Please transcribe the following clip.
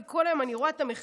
כי כל יום אני רואה את המחאה,